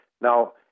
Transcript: Now